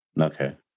Okay